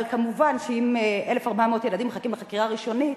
אבל מובן שאם 1,400 ילדים מחכים לחקירה ראשונית,